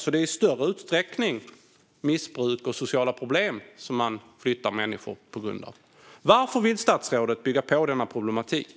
Det är alltså i större utsträckning på grund av människors missbruk och sociala problem som man flyttar dem. Varför vill statsrådet bygga på denna problematik?